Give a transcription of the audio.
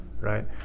right